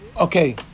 Okay